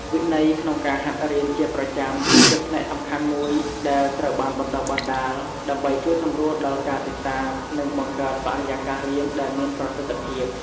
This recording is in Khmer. វិន័យក្នុងការហាត់រៀនជាប្រចាំ គឺជាផ្នែកសំខាន់មួយដែលត្រូវបានបណ្តុះបណ្តាល ដើម្បីជួយសម្រួលដល់ការសិក្សា និងបង្កើតបរិយាកាសរៀនដែលមានប្រសិទ្ធភាព។